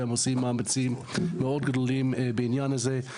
והם עושים מאמצים מאוד גדולים בעניין הזה.